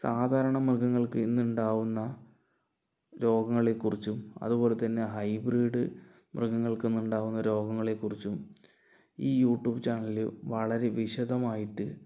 സാധാരണ മൃഗങ്ങൾക്ക് ഇന്ന് ഉണ്ടാകുന്ന രോഗങ്ങളെ കുറിച്ചും അതുപോലെ തന്നെ ഹൈബ്രിഡ് മൃഗങ്ങൾക്ക് ഇന്ന് ഉണ്ടാകുന്ന രോഗങ്ങളെ കുറിച്ചും ഈ യൂട്യൂബ് ചാനല് വളരെ വിശദമായിട്ട്